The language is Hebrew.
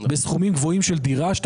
כשאתה משקיע סכומים גבוהים בדירה,